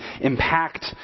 impact